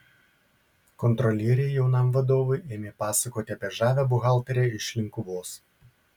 kontrolieriai jaunam vadovui ėmė pasakoti apie žavią buhalterę iš linkuvos